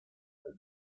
suele